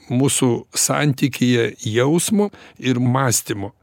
mūsų santykyje jausmo ir mąstymo